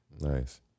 Nice